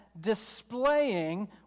displaying